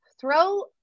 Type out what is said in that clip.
Throw